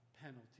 penalty